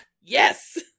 yes